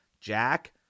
Jack